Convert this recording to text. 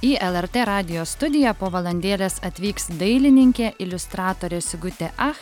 į lrt radijo studiją po valandėlės atvyks dailininkė iliustratorė sigutė ach